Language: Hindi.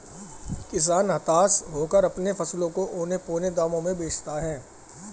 किसान हताश होकर अपने फसलों को औने पोने दाम में बेचता है